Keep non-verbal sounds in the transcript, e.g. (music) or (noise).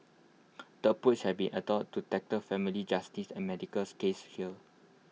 (noise) the approach has been adopted to tackle family justice and medicals cases here